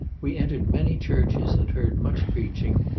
we entered many churches, and heard much preaching,